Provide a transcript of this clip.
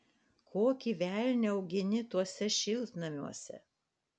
kokį velnią augini tuose šiltnamiuose